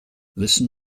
listen